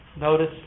Notice